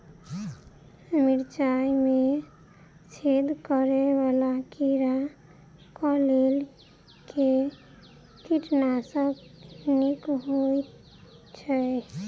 मिर्चाय मे छेद करै वला कीड़ा कऽ लेल केँ कीटनाशक नीक होइ छै?